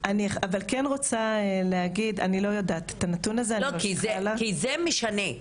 אבל אני כן רוצה להגיד --- לא, כי זה משנה,